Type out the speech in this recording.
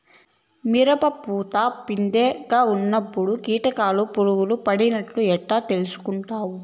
మిరప పూత పిందె గా ఉన్నప్పుడు కీటకాలు పులుగులు పడినట్లు ఎట్లా తెలుసుకుంటావు?